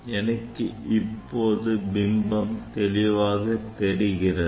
எனக்கு இப்போது பிம்பம் தெளிவாக தெரிகிறது